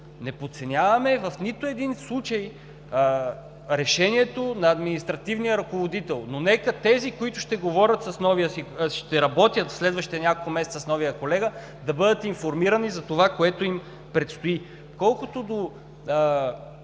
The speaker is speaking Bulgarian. Неподценяваме в нито един случай решението на административния ръководител, но нека тези, които ще работят следващите няколко месеца с новия колега, да бъдат информирани за това, което им предстои.